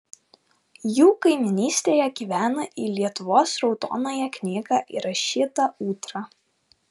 jų kaimynystėje gyvena į lietuvos raudonąją knygą įrašyta ūdra